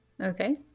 Okay